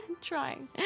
trying